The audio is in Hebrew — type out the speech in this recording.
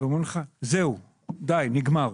ואומרים לך זהו, די, נגמר.